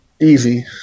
Easy